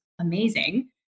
amazing